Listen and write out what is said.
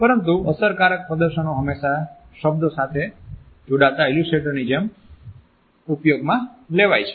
પરંતુ અસરકારક પ્રદર્શનો હંમેશા શબ્દો સાથે જોડાતા ઈલ્યુસ્ટ્રેટરની જેમ ઉપયોગમાં લેવાય છે